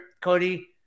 Cody